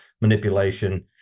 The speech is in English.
manipulation